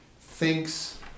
thinks